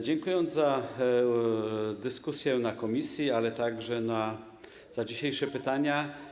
Dziękuję za dyskusję w komisji, ale także za dzisiejsze pytania.